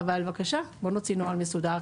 אבל בבקשה בוא נוציא נוהל מסודר.